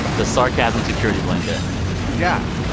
the sarcasm security blanket yeah,